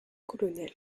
colonel